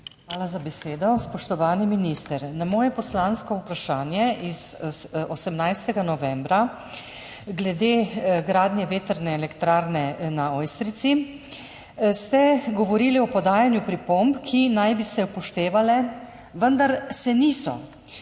Hvala za besedo. Spoštovani minister, na moje poslansko vprašanje z 18. novembra glede gradnje vetrne elektrarne na Ojstrici ste odgovorili o podajanju pripomb, ki naj bi se upoštevale, vendar se niso.